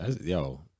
Yo